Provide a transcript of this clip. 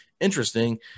interesting